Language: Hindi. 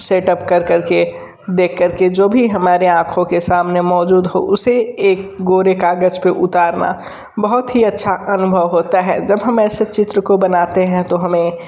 सेटअप कर कर के देख कर के जो भी हमारे ऑंखों के सामने मौजूद हो उसे एक कोरे कागज़ पर उतारना बहुत ही अच्छा अनुभव होता है जब हम ऐसे चित्र को बनाते हैं तो हमें